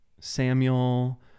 Samuel